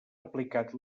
aplicat